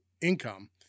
income